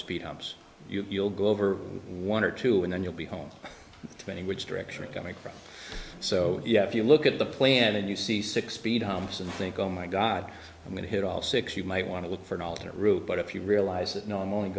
speed humps you'll go over one or two and then you'll be home twenty which direction are coming from so yeah if you look at the plan and you see six speed humps and think oh my god i'm going to hit all six you might want to look for an alternate route but if you realize that no i'm only